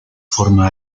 forma